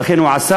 ואכן הוא עשה,